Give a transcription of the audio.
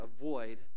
avoid